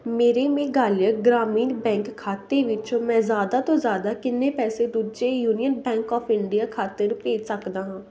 ਮੇਰੇ ਮੇਘਾਲਿਆ ਗ੍ਰਾਮੀਣ ਬੈਂਕ ਖਾਤੇ ਵਿੱਚੋਂ ਮੈਂ ਜ਼ਿਆਦਾ ਤੋਂ ਜ਼ਿਆਦਾ ਕਿੰਨੇ ਪੈਸੇ ਦੂਜੇ ਯੂਨੀਅਨ ਬੈਂਕ ਓਫ ਇੰਡੀਆ ਖਾਤੇ ਨੂੰ ਭੇਜ ਸਕਦਾ ਹਾਂ